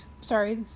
sorry